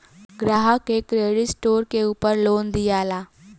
ग्राहक के credit score के उपर लोन दियाला